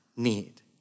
need